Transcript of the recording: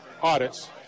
audits